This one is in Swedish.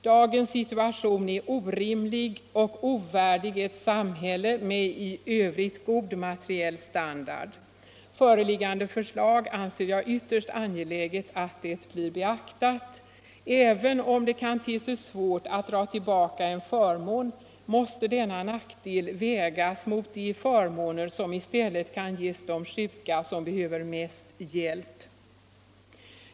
Dagens situation är orimlig och ovärdig ett samhälle med i övrigt god materiell standard. Föreliggande förslag anser jag ytterst angeläget att det blir beaktat. Även om det kan te sig svårt att draga tillbaka en förmån måste denna nackdel vägas mot de förmåner som i stället kan ges de sjuka som behöver mest hjälp.